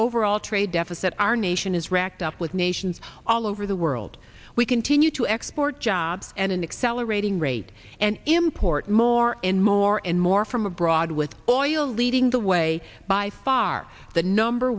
overall trade deficit our nation is racked up with nations all over the world we continue to export jobs and an accelerating rate and import more and more and more from abroad with oil leading the way by far the number